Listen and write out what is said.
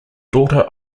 daughter